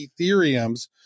Ethereums